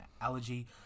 allergy